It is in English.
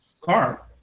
car